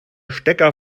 stecker